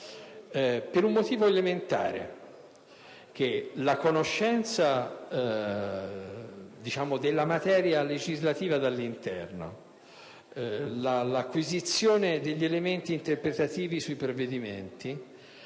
per un motivo elementare: la conoscenza della materia legislativa dall'interno e l'acquisizione degli elementi interpretativi sui provvedimenti